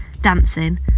dancing